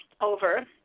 over